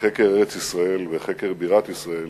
לחקר ארץ-ישראל ולחקר בירת ישראל